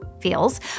feels